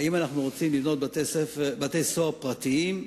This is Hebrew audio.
האם אנחנו רוצים לבנות בתי-סוהר פרטיים,